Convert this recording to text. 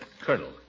Colonel